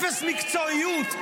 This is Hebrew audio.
אפס מקצועיות.